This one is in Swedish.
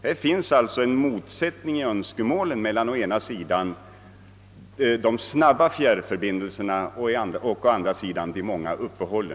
Här föreligger det alltså en motsättning i fråga om önskemål mellan å ena sidan dem som intresserar sig för de snabba fjärrförbindelserna och å andra sidan dem som önskar förbindelser med många uppehåll.